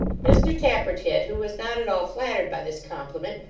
mr tappertit, who was not at all flattered by this compliment,